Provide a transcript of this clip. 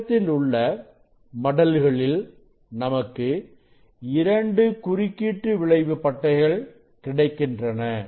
பக்கத்தில் உள்ள மடல்களில் நமக்கு 2 குறுக்கீட்டு விளைவு பட்டைகள் கிடைக்கின்றன